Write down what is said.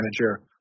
manager